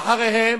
אחריהם,